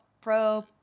Pro